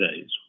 days